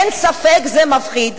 אין ספק, זה מפחיד,